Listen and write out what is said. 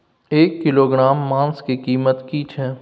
एक किलोग्राम मांस के कीमत की छै?